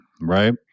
right